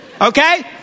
Okay